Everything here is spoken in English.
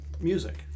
music